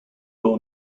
girl